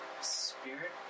spirit